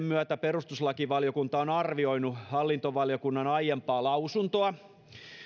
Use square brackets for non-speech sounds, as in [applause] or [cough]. [unintelligible] myötä perustuslakivaliokunta on arvioinut hallintovaliokunnan aiempaa lausuntoa